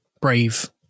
brave